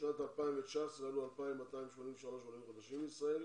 בשנת 2019 עלו 2,283 עולים חדשים לישראל.